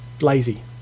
lazy